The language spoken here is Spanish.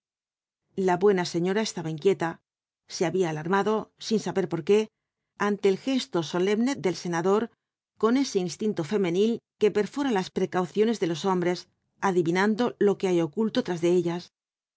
la buena señora estaba inquieta se había alarmado sin saber por qué ante el gesto solemne del senador con ese instinto femenil que perfora las precauciones de los hombres adivinando lo que hay oculto detrás de ellas